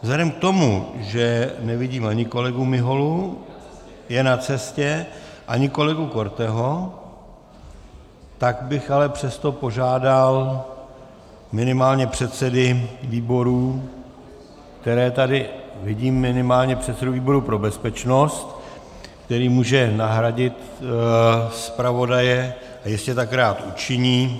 Vzhledem k tomu, že nevidím ani kolegu Miholu, je na cestě, ani kolegu Korteho, tak bych ale přesto požádal minimálně předsedy výborů, které tady vidím, minimálně předsedu výboru pro bezpečnost, který může nahradit zpravodaje a jistě tak rád učiní.